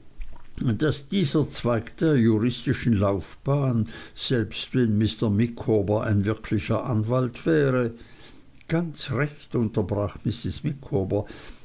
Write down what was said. daß dieser zweig der juristischen laufbahn selbst wenn mr micawber ein wirklicher anwalt wäre ganz recht unterbrach